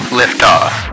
liftoff